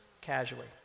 casually